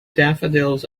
daffodils